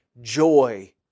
joy